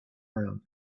round